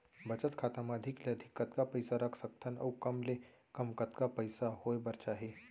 बचत खाता मा अधिक ले अधिक कतका पइसा रख सकथन अऊ कम ले कम कतका पइसा होय बर चाही?